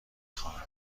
خواهم